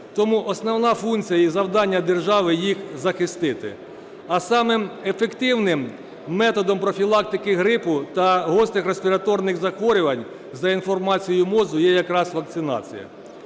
Тому основна функція і завдання держави – їх захистити. А самим ефективним методом профілактики грипу та гострих респіраторних захворювань за інформацією МОЗу є якраз вакцинація.